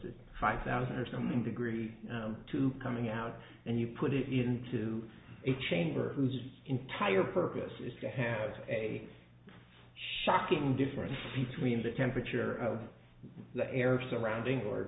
it five thousand or something degree to coming out and you put it into a chamber whose entire purpose is to have a shocking difference between the temperature of the air surrounding or